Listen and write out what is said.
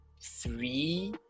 three